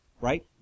right